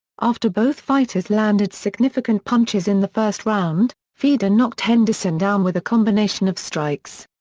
after both fighters landed significant punches in the first round, fedor knocked henderson down with a combination of strikes.